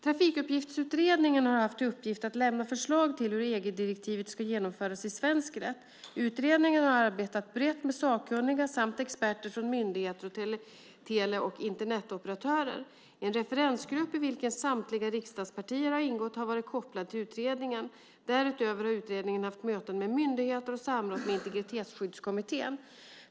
Trafikuppgiftsutredningen har haft till uppgift att lämna förslag till hur EG-direktivet ska genomföras i svensk rätt. Utredningen har arbetat brett med sakkunniga samt experter från myndigheter och tele och Internetoperatörer. En referensgrupp i vilken samtliga riksdagspartier har ingått har varit kopplad till utredningen. Därutöver har utredningen haft möten med myndigheter och samrått med Integritetsskyddskommittén.